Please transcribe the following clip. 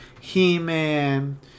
He-Man